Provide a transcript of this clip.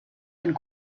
and